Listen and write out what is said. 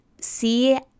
see